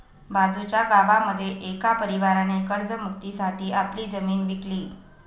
बाजूच्या गावामध्ये एका परिवाराने कर्ज मुक्ती साठी आपली जमीन विकली